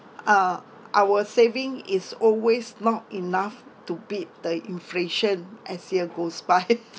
uh our saving is always not enough to beat the inflation as year goes by